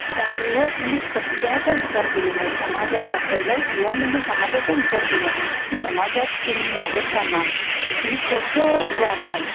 सर्व म्हणजे सगळ्याचा विचार केलेला आहे समाजाचा पहिला यम म्हणजे समाजाचा विचार केलेला आहे की समाजात तुम्ही वावरताना तुम्ही कसं वागाल